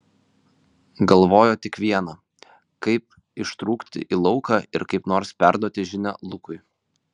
galvojo tik viena kaip ištrūkti į lauką ir kaip nors perduoti žinią lukui